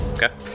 Okay